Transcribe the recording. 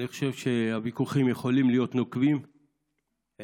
אני חושב שהוויכוחים יכולים להיות נוקבים וערים,